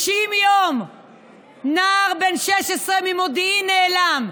90 יום נער בן 16 ממודיעין נעלם,